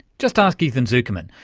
just ask ethan zuckerman,